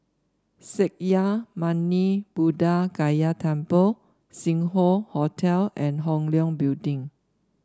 Sakya Muni Buddha Gaya Temple Sing Hoe Hotel and Hong Leong Building